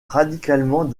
radicalement